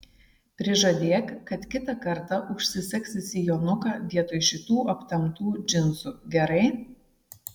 prižadėk kad kitą kartą užsisegsi sijonuką vietoj šitų aptemptų džinsų gerai